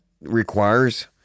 requires